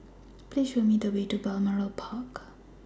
Please Show Me The Way to Balmoral Park